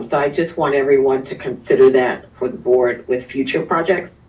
but i just want everyone to consider that for the board with future projects.